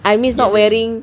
I miss not wearing